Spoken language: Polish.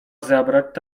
zabrać